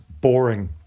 boring